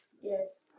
Yes